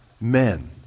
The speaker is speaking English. men